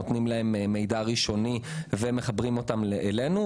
נותנים להם מידע ראשוני ומחברים אותם אלינו.